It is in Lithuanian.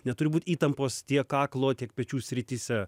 neturi būt įtampos tiek kaklo tiek pečių srityse